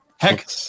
Heck